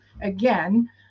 again